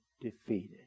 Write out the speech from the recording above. defeated